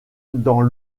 dans